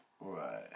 Right